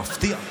זה מפתיע.